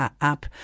app